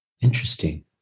Interesting